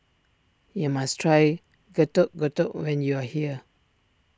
you must try Getuk Getuk when you are here